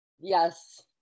Yes